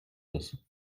ist